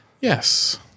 Yes